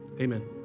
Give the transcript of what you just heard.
Amen